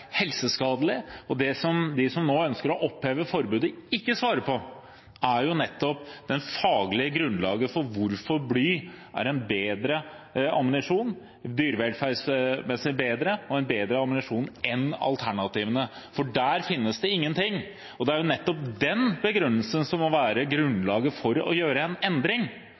helseskadelig, og det som de som nå ønsker å oppheve forbudet, ikke svarer på, er nettopp det faglige grunnlaget for hvorfor bly er en bedre ammunisjon – dyrevelferdsmessig bedre og en bedre ammunisjon enn alternativene. For der finnes det ingenting, og det er nettopp den begrunnelsen som må være grunnlaget for å gjøre en endring. Ellers er det ikke noe grunnlag for å gjøre en endring.